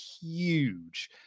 huge